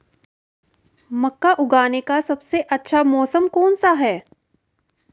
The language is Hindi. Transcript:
मक्का उगाने का सबसे अच्छा मौसम कौनसा है?